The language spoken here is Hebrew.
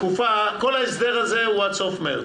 כל ההסדר הזה הוא עד סוף מרס.